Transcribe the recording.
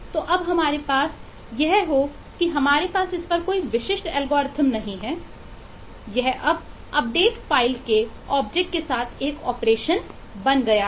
यह अब update file के साथ एक ऑपरेशन बन गया है